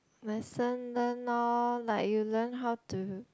lesson learnt lor like you learn how to